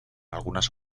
algunas